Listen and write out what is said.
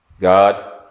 God